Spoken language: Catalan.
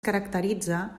caracteritza